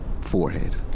Forehead